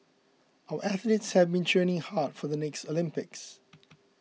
our athletes have been training hard for the next Olympics